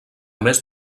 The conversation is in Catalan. més